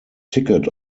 ticket